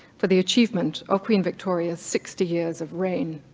for the achievement of queen victoria's sixty years of reign.